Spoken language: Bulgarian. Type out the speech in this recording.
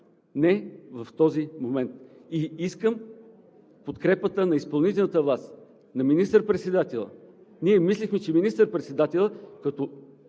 Не в този момент! И искам подкрепата на изпълнителната власт, на министър-председателя. Ние мислехме, че министър-председателят като